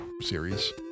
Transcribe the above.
series